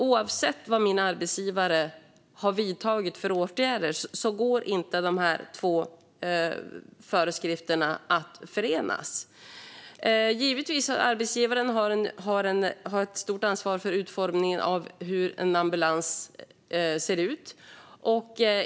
Oavsett vilka åtgärder arbetsgivaren har vidtagit går inte de båda föreskrifterna att förena. Givetvis har arbetsgivaren ett stort ansvar för utformningen av en ambulans.